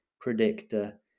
predictor